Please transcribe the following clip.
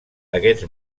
aquests